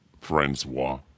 Francois